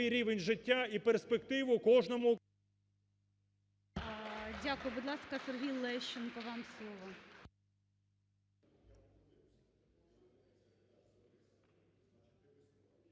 Дякую. Будь ласка, Сергій Лещенко вам слово.